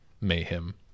mayhem